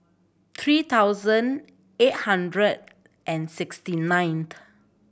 three thousand eight hundred and sixty ninth